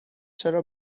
چرا